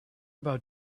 about